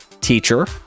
teacher